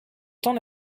temps